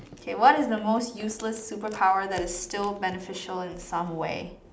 okay what is the most useless superpower that is still beneficial in some way